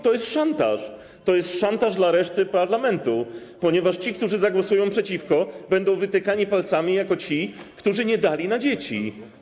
To jest szantaż, to jest szantaż reszty parlamentu, ponieważ ci, którzy zagłosują przeciwko, będą wytykani palcami jako ci, którzy nie dali dzieciom.